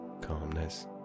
calmness